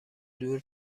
دور